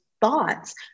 thoughts